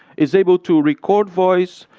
is able to record voice,